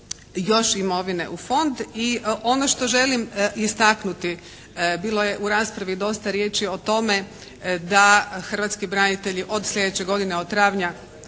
još imovine u Fond. I ono što želim istaknuti. Bilo je u raspravi dosta riječi o tome da hrvatski branitelji od sljedeće godine od travnja